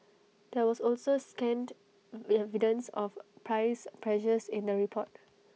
there was also scant we evidence of price pressures in the report